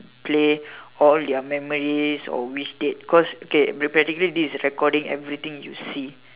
play all their memories or which date cause okay practically this is recording everything you see